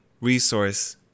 resource